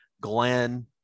Glenn